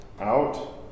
out